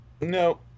No